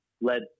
led